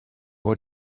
what